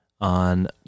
on